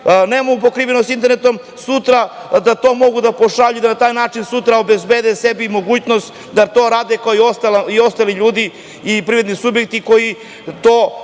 nemaju pokrivenost internetom, sutra da to mogu da pošalju i da na taj način sutra obezbede sebi mogućnost da to rade kao i ostali ljudi i privredni subjekti koji to